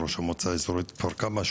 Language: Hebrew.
ראש המועצה האזורית כפר כמא,